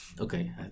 okay